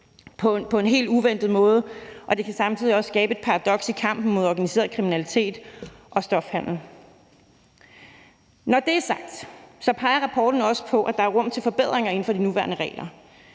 på en helt uventet måde, og det kan samtidig også skabe et paradoks i kampen mod organiseret kriminalitet og handel med stoffer. Når det er sagt, peger rapporten også på, at der er rum til forbedringer inden for de nuværende regler,